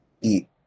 eat